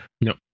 No